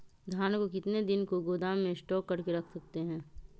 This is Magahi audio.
धान को कितने दिन को गोदाम में स्टॉक करके रख सकते हैँ?